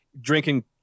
drinking